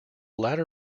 latter